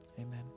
Amen